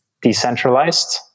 decentralized